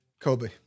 Kobe